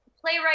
Playwright